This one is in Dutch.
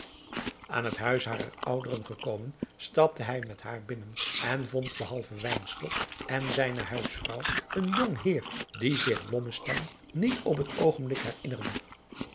aan het huis harer ouderen gekomen stapte hij met haar binnen en vond behalve wynstok en zijne huisvrouw een jong heer dien zich blommesteyn niet op het oogenblik herinnerde